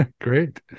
Great